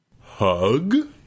Hug